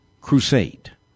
Crusade